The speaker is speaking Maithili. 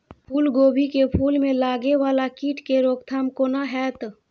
फुल गोभी के फुल में लागे वाला कीट के रोकथाम कौना हैत?